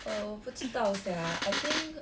err 我不知道 sia I think